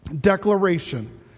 declaration